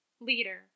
Leader